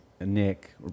Nick